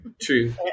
True